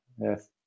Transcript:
Yes